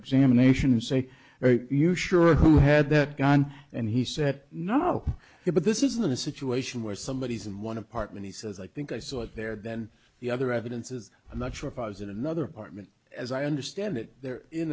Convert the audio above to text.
examination and say are you sure who had that gun and he said no but this isn't a situation where somebody is in one apartment he says i think i saw it there then the other evidence is i'm not sure if i was in another partment as i understand